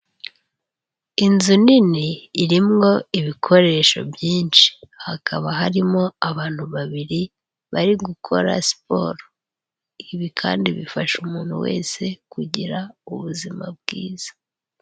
Inzu nini irimwo ibikoresho byinshi hakaba harimo abantu babiri bari gukora siporo, ibi kandi bifasha umuntu wese kugira ubuzima bwiza.